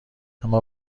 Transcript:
اما